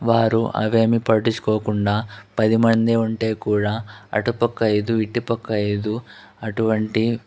వారు అవేమి పట్టించుకోకుండా పదిమంది ఉంటే కూడా అటుపక్క ఐదు ఇటుపక్క ఐదు అటువంటి